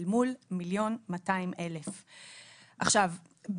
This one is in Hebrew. אל מול 1,200,000. עכשיו,